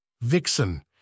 Vixen